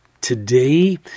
Today